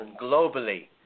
globally